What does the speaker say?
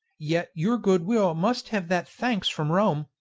yet your good-will must have that thanks from rome,